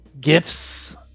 gifts